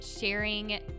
sharing